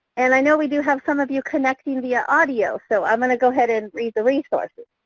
and i know we do have some of you connecting via audio so i'm going to go ahead and read the resources.